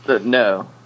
No